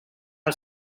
how